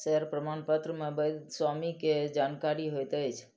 share प्रमाणपत्र मे वैध स्वामी के जानकारी होइत अछि